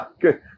good